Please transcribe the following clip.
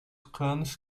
canos